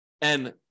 and-